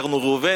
הכרנו ראובן,